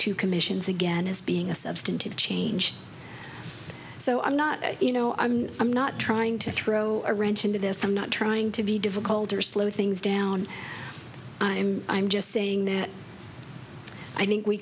to commissions again as being a substantive change so i'm not you know i'm i'm not trying to throw a wrench into this i'm not trying to be difficult or slow things down i'm i'm just saying that i think we